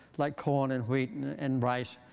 like corn and wheat and and rice,